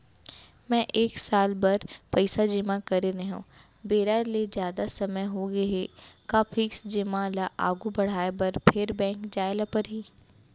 मैं एक साल बर पइसा जेमा करे रहेंव, बेरा ले जादा समय होगे हे का फिक्स जेमा ल आगू बढ़ाये बर फेर बैंक जाय ल परहि?